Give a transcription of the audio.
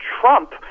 Trump